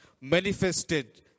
manifested